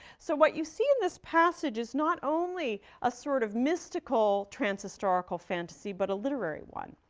so, what you see in this passage is not only a sort of mystical trans-historical fantasy, but a literary one.